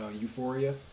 euphoria